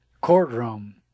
courtroom